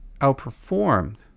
outperformed